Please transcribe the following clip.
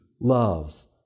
love